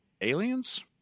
aliens